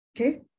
okay